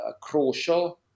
crucial